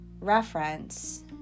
reference